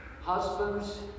Husbands